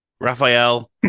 Raphael